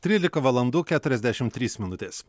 trylika valandų keturiasdešim trys minutės